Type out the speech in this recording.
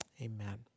Amen